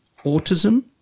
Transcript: autism